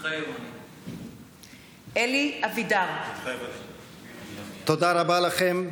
מתחייב אני אלי אבידר מתחייב אני תודה רבה לכם.